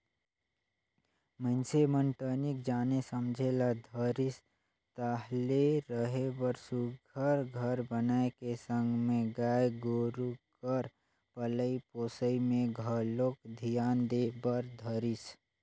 मइनसे मन तनिक जाने समझे ल धरिस ताहले रहें बर सुग्घर घर बनाए के संग में गाय गोरु कर पलई पोसई में घलोक धियान दे बर धरिस